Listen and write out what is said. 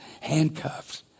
handcuffed